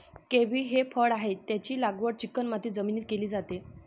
kiwi हे फळ आहे, त्याची लागवड चिकणमाती जमिनीत केली जाते